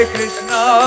Krishna